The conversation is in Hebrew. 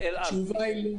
התשובה היא לא.